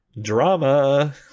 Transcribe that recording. drama